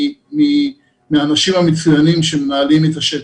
מהאנשים המצוינים שמנהלים את השטח.